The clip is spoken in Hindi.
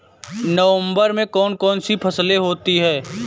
नवंबर में कौन कौन सी फसलें होती हैं?